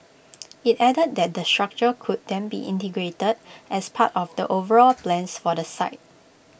IT added that the structure could then be integrated as part of the overall plans for the site